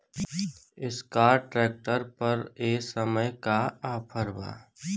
Escort tractor पर ए समय का ऑफ़र बा?